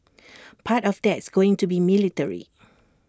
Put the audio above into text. part of that's going to be military